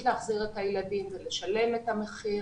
לא יכולים להחזיר את הילדים ולשלם את המחיר.